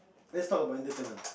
let's talk about interment